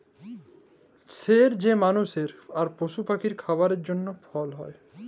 ছের যে মালুসের আর পশু পাখির খাবারের জ্যনহে ফল হ্যয়